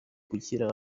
gushyira